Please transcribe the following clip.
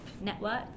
network